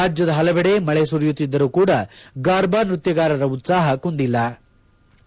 ರಾಜ್ಯದ ಹಲವೆಡೆ ಮಳೆ ಸುರಿಯುತ್ತಿದ್ದರೂ ಕೂಡ ಗಾರ್ಭಾ ನೃತ್ಯಗಾರರ ಉತ್ಲಾಹ ಕುಂದಿಲ್ಲಾ